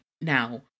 now